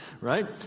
right